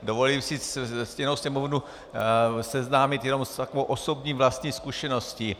Dovolím si ctěnou Sněmovnu seznámit jenom s takovou osobní vlastní zkušeností.